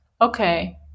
okay